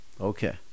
Okay